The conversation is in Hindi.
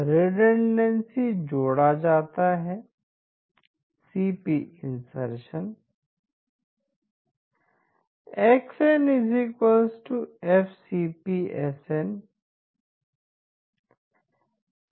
रिडंडेंसी जोड़ा जाता है CP insertion x nFcp s n